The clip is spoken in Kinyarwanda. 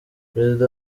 perezida